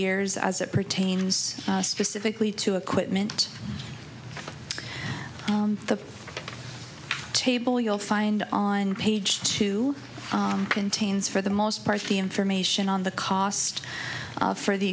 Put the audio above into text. years as it pertains specifically to equipment the table you'll find on page two contains for the most part the information on the cost for the